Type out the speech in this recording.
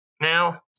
now